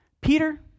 Peter